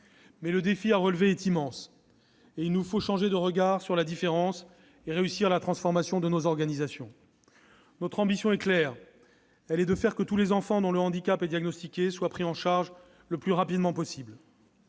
le défi à relever est immense. Il nous faut changer le regard sur la différence et réussir la transformation de nos organisations. Notre ambition est claire : faire en sorte que tous les enfants dont le handicap est diagnostiqué soient pris en charge le plus rapidement possible.